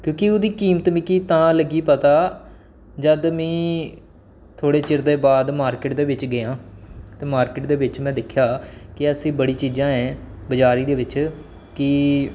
क्योंकि ओह्दी कीमत मिकी तां लग्गी पता जद में थोह्ड़े चिर दे बाद मार्किट दे बिच गेआं ते मार्किट दे बिच में दिक्खेआ की ऐसी बड़ी चीजां ऐ बजार दे बिच की